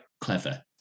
clever